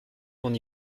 mon